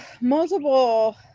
multiple